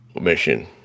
mission